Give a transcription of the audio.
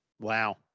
Wow